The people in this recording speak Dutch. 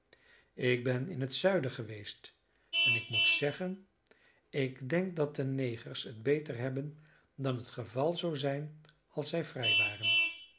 ik ben in het zuiden geweest en ik moet zeggen ik denk dat de negers het beter hebben dan het geval zou zijn als zij vrij waren